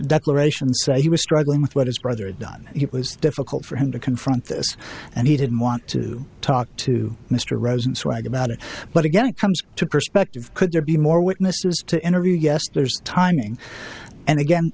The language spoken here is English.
liberation so he was struggling with what his brother had done it was difficult for him to confront this and he didn't want to talk to mr rosensweig about it but again it comes to perspective could there be more witnesses to interview yes there's timing and again